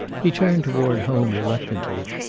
he turned toward home reluctantly.